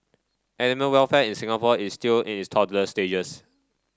animal welfare in Singapore is still in its toddler stages